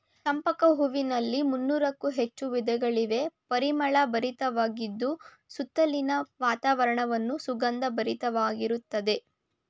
ಚಂಪಕ ಹೂವಿನಲ್ಲಿ ಮುನ್ನೋರಕ್ಕು ಹೆಚ್ಚಿನ ವಿಧಗಳಿವೆ, ಪರಿಮಳ ಭರಿತವಾಗಿದ್ದು ಸುತ್ತಲಿನ ವಾತಾವರಣವನ್ನು ಸುಗಂಧ ಭರಿತವಾಗಿರುತ್ತದೆ